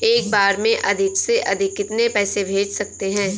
एक बार में अधिक से अधिक कितने पैसे भेज सकते हैं?